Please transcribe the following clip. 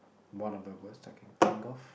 one of the worst I can think of